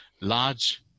large